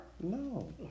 No